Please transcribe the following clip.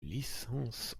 licence